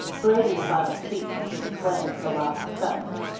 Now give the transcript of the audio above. grady was on his feet when he declaimed the last sentence.